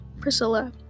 Priscilla